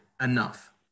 enough